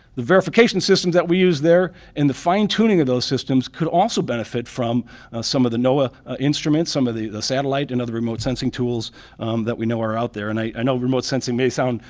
the verification systems that we use there and the fine tuning of those systems could also benefit from some of the noaa instruments, some of the the satellite and other remote sensing tools that we know are out there and i know remote sensing may sound,